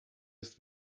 ist